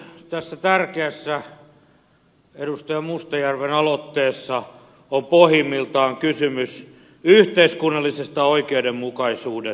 tässä tärkeässä edustaja mustajärven aloitteessa on pohjimmiltaan kysymys yhteiskunnallisesta oikeudenmukaisuudesta